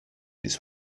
its